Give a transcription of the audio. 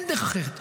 אין דרך אחרת.